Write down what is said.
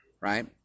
right